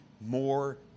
more